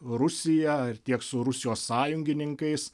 rusija ir tiek su rusijos sąjungininkais